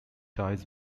ties